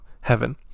heaven